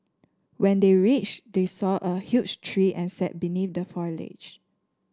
when they reached they saw a huge tree and sat beneath the foliage